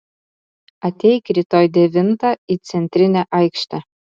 ateik rytoj devintą į centrinę aikštę